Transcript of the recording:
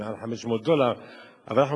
זה מעל 500 דולר,